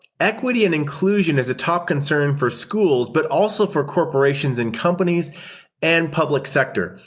equity and inclusion is a top concern for schools, but also for corporations and companies and public sector.